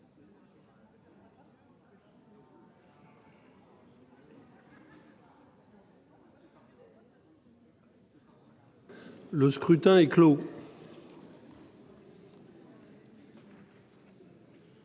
Le scrutin est clos.